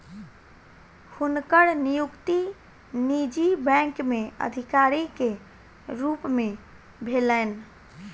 हुनकर नियुक्ति निजी बैंक में अधिकारी के रूप में भेलैन